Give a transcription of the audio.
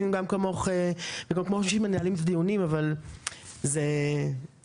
גם כמוך וגם כמו האנשים שמנהלים את הדיונים אבל זה צמח